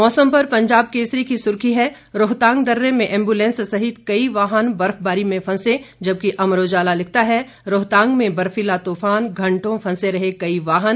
मौसम पर पंजाब केसरी की सुर्खी है रोहतांग दर्रे में एम्बुलैंस सहित कई वाहन बर्फबारी में फंसे जबकि अमर उजाला लिखता है रोहतांग में बर्फीला तूफान घंटों फंसे रहे कई वाहन